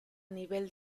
nivel